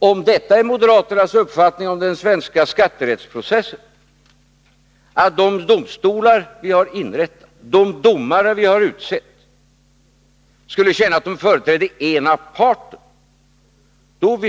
Är detta moderaternas uppfattning om den svenska skatterättsprocessen? Om de domare vi har utsett i de domstolar vi har inrättat skulle känna att de företrädde ena parten